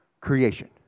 creation